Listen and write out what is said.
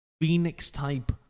Phoenix-type